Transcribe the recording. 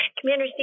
Commander